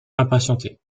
impatienté